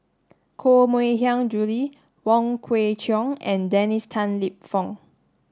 Koh Mui Hiang Julie Wong Kwei Cheong and Dennis Tan Lip Fong